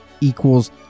equals